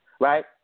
right